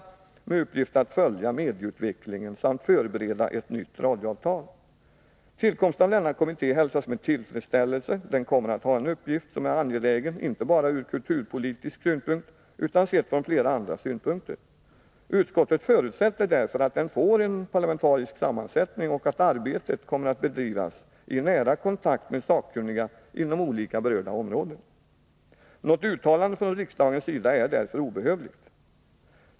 Kommittén skall ha till uppgift att följa medieutvecklingen samt att förbereda ett nytt radioavtal. Tillkomsten av denna kommitté hälsas med tillfredsställelse. Den kommer att ha en uppgift som är angelägen inte bara ur kulturpolitisk synpunkt utan också ur flera andra synpunkter. Utskottet förutsätter därför att kommittén får en parlamentarisk sammansättning och att arbetet kommer att bedrivas i nära kontakt med sakkunniga inom olika berörda områden. Ett uttalande från riksdagens sida är därför obehövligt.